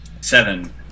Seven